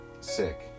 sick